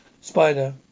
Spider